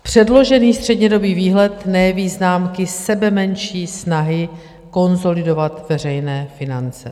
Předložený střednědobý výhled nejeví známky sebemenší snahy konsolidovat veřejné finance.